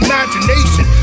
imagination